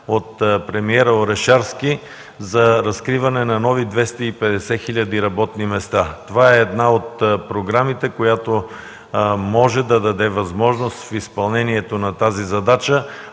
от премиера Орешарски, за разкриване на нови 250 хиляди работни места. Това е една от програмите, която може да даде възможност за изпълнението на тази задача.